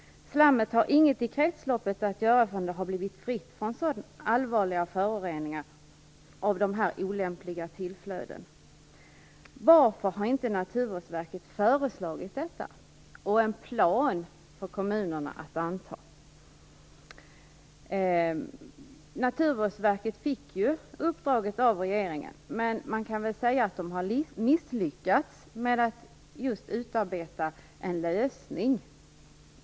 Slammet har inget i kretsloppet att göra förrän det blivit fritt från allvarliga föroreningar av olämpliga tillflöden. Varför har inte Naturvårdsverket föreslagit detta och en plan för kommunerna? Naturvårdsverket fick uppdraget av regeringen, men man kan säga att Naturvårdsverket har misslyckats med att utarbeta en lösning.